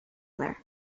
there